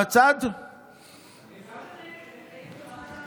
יש לך מספיק זמן.